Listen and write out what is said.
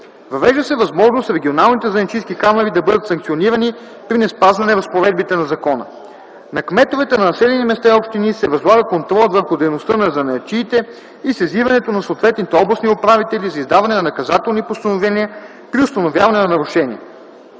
Въвежда се възможност регионалните занаятчийски камари да бъдат санкционирани при неспазване разпоредбите на закона. На кметовете на населени места и общини се възлага контролът върху дейността на занаятчиите и сезирането на съответните областни управители за издаване на наказателни постановления при установяване на нарушения.